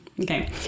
Okay